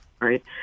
right